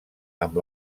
amb